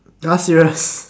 !huh! serious